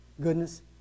goodness